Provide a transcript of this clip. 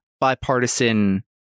bipartisan